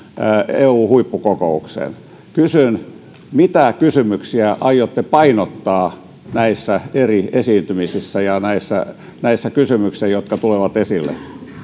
eu huippukokoukseen kysyn mitä kysymyksiä aiotte painottaa näissä eri esiintymisissä ja näissä näissä kysymyksissä jotka tulevat esille